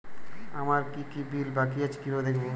আমার কি কি বিল বাকী আছে কিভাবে দেখবো?